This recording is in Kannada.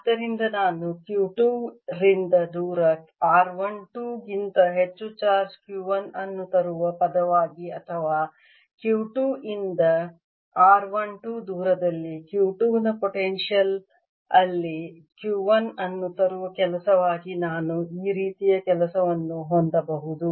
ಆದ್ದರಿಂದ ನಾನು Q 2 ರಿಂದ ದೂರ r 1 2 ಗಿಂತ ಹೆಚ್ಚು ಚಾರ್ಜ್ Q 1 ಅನ್ನು ತರುವ ಪದವಾಗಿ ಅಥವಾ Q 2 ರಿಂದ R 1 2 ದೂರದಲ್ಲಿ Q 2 ನ ಪೊಟೆನ್ಶಿಯಲ್ ಯಲ್ಲಿ Q 1 ಅನ್ನು ತರುವ ಕೆಲಸವಾಗಿ ನಾನು ಈ ರೀತಿಯ ಕೆಲಸವನ್ನು ಹೊಂದಬಹುದು